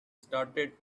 started